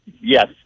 Yes